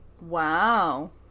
Wow